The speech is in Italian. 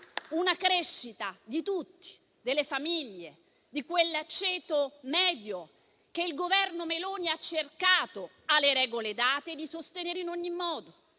una crescita di tutti, delle famiglie, di quel ceto medio che il Governo Meloni ha cercato, alle regole date, di sostenere in ogni modo: